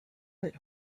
but